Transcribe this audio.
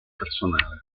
personale